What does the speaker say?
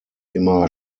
immer